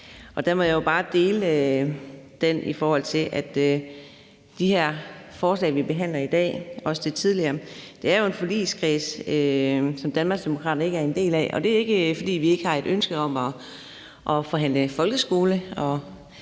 Der må jeg jo bare sige, at i forhold til de her forslag, vi behandler i dag – også det tidligere – er det jo en forligskreds, som Danmarksdemokraterne ikke er en del af. Det er ikke, fordi vi ikke har et ønske om at forhandle folkeskole;